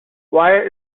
wire